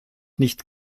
nicht